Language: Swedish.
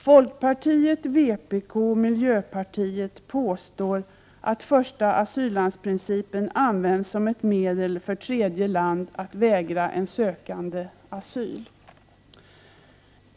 Folkpartiet, vpk och miljöpartiet påstår att första asyllands-principen används som ett medel för tredje land att vägra en sökande asyl.